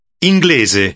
Inglese